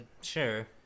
sure